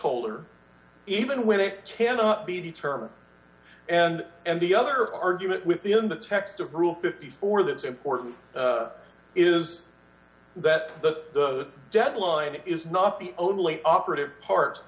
holder even when it cannot be determined and and the other argument within the text of rule fifty four that's important is that the deadline is not the only operative part